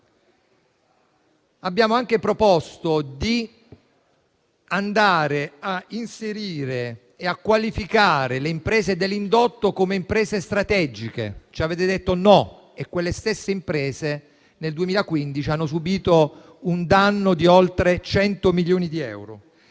Abbiamo anche proposto di inserire e qualificare le imprese dell'indotto come strategiche, ma ci avete detto di no. Nel 2015 quelle stesse imprese hanno subito un danno di oltre 100 milioni di euro.